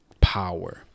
power